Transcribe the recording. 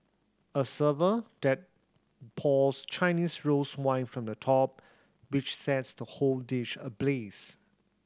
a server then pours Chinese rose wine from the top which sets the whole dish ablaze